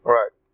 Right